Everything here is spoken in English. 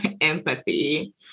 empathy